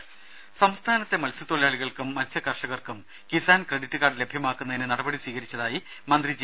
രുമ സംസ്ഥാനത്തെ മത്സ്യത്തൊഴിലാളികൾക്കും മത്സ്യകർഷകർക്കും കിസാൻ ക്രെഡിറ്റ് കാർഡ് ലഭ്യമാക്കുന്നതിന് നടപടി സ്വീകരിച്ചതായി മന്ത്രി ജെ